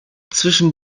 zwischen